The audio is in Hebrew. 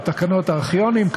או תקנות ארכיונים,